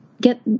get